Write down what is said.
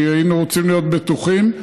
כי היינו רוצים להיות בטוחים,